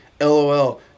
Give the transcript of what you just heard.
LOL